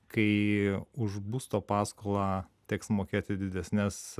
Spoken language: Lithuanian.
kai už būsto paskolą teks mokėti didesnes